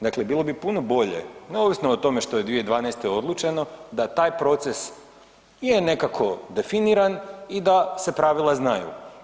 Dakle, bilo bi puno bolje neovisno što je 2012. odlučeno, da taj proces je nekako definiran i da se pravila znaju.